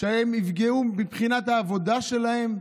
שהן יפגעו בילדים מבחינת העבודה שלהן?